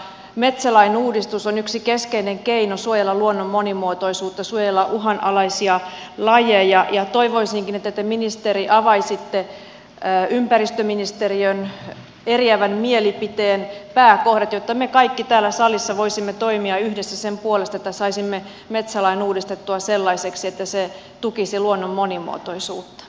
metsälain uudistus on yksi keskeinen keino suojella luonnon monimuotoisuutta suojella uhanalaisia lajeja ja toivoisinkin että te ministeri avaisitte ympäristöministeriön eriävän mielipiteen pääkohdat jotta me kaikki täällä salissa voisimme toimia yhdessä sen puolesta että saisimme metsälain uudistettua sellaiseksi että se tukisi luonnon monimuotoisuutta